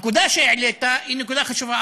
הנקודה שהעלית היא נקודה חשובה.